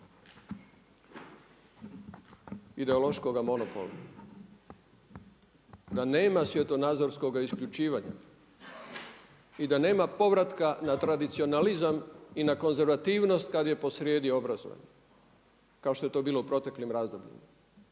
ideološkoga monopola, da nema svjetonazorskoga isključivanja i da nema povratka na tradicionalizam i na konzervativnost kad je posrijedi obrazovanje kao što je to bilo u proteklim razdobljima.